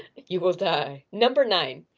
you will die. number nine,